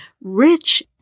rich